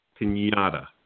Pinata